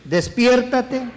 Despiértate